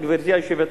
גברתי היושבת-ראש,